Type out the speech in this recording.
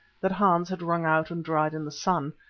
that hans had wrung out and dried in the sun,